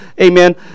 amen